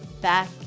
back